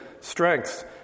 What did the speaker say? strengths